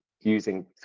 using